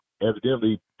Evidently